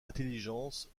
intelligence